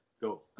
go